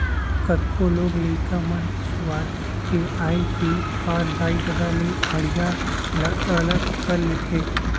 कतको लोग लइका मन सुआरी के आए के बाद दाई ददा ले हँड़िया ल अलग कर लेथें